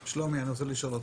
שלומי, אני רוצה לשאול אותך: